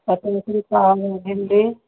पच्चीस रुपया हो गई भिन्डी